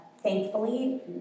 Thankfully